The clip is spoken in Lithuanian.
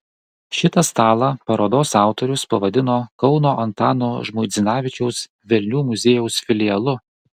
šitą stalą parodos autorius pavadino kauno antano žmuidzinavičiaus velnių muziejaus filialu